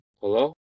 Hello